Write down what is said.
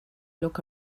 look